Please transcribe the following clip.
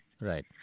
Right